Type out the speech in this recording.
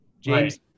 James